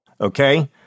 Okay